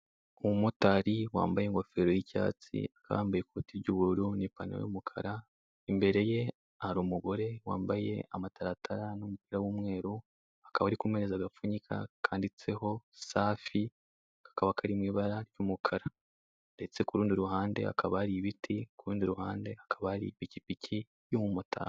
Umumotari wambaye ingofero y'icyatsi akaba yambaye ikote ry'ubururu n'ipantaro y'umukara, imbere ye hari umugore wambaye amataratara n'umupira w'umweru, akaba ari kumuhereza agapfunyika kanditseho safi kakaba kari mu ibara ry'umukara ndetse ku rundi ruhande hakaba hari ibiti, ku rundi ruhande hakaba hari ipikipiki y'umumotari.